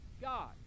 God